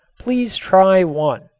please try one.